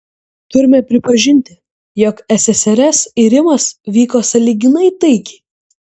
turime pripažinti jog ssrs irimas vyko sąlyginai taikiai